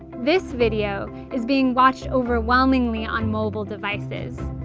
this video is being watched overwhelmingly on mobile devices.